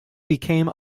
became